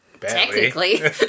Technically